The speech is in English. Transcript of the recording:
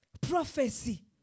Prophecy